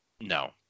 no